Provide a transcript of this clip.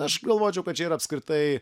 aš galvočiau kad čia yra apskritai